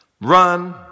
run